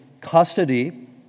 custody